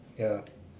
ya